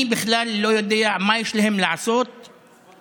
אני בכלל לא יודע מה יש להם לעשות עם התקהלות